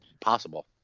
possible